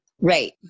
Right